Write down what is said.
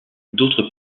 d’autres